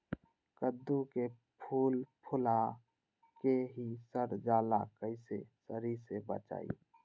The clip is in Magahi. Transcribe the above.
कददु के फूल फुला के ही सर जाला कइसे सरी से बचाई?